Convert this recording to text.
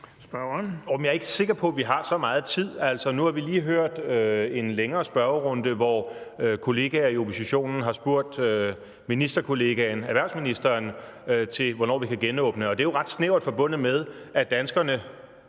jeg er ikke sikker på, at vi har så meget tid. Altså, nu har vi lige hørt en længere spørgerunde, hvor kollegaer i oppositionen har spurgt ministerkollegaen, erhvervsministeren, om, hvornår vi kan genåbne. Og det er jo ret snævert forbundet med, at danskerne